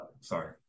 sorry